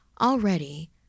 already